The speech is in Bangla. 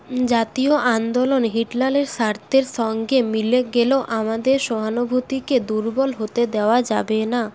জাতীয় আন্দোলন হিটলারের স্বার্থের সঙ্গে মিলে গেলেও আমাদের সহানুভূতিকে দুর্বল হতে দেওয়া যাবে না